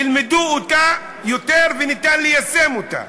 ילמדו אותה יותר וניתן ליישם אותה.